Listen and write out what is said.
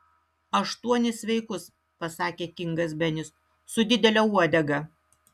aštuonis sveikus pasakė kingas benis su didele uodega